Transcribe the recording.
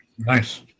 nice